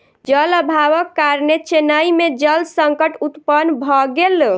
जल अभावक कारणेँ चेन्नई में जल संकट उत्पन्न भ गेल